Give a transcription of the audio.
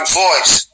voice